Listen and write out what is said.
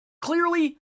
clearly